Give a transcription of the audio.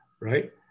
right